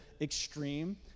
extreme